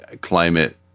climate